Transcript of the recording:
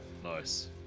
Nice